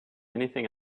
anything